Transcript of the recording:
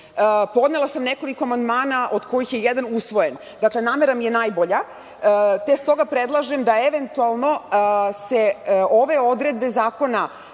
Podnela sam nekoliko amandmana, od kojih je jedan usvojen. Namera mi je najbolja, te s toga predlažem da se eventualno ove odredbe zakona